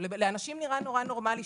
לאנשים נראה נורא נורמלי,